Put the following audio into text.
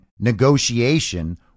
negotiation